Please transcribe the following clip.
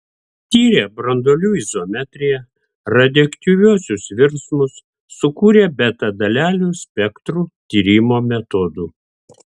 tyrė branduolių izomeriją radioaktyviuosius virsmus sukūrė beta dalelių spektrų tyrimo metodų